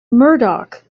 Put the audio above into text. murdoch